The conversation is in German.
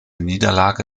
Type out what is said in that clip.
niederlage